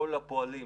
כל הפועלים,